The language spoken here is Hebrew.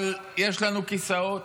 אבל יש לנו כיסאות,